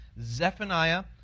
Zephaniah